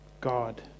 God